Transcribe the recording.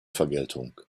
vergeltung